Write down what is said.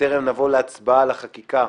בטרם נבוא להצבעה על החקיקה,